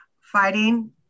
fighting